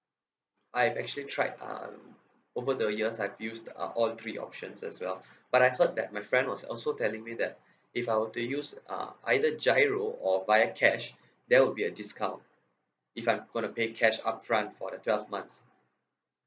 I have actually tried um over the years I've used uh all the three options as well but I heard that my friend was also telling me that if I were to use uh either GIRO or via cash there will be a discount if I'm gonna pay cash upfront for the twelve months